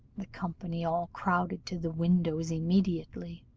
the company all crowded to the windows immediately,